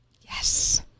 Yes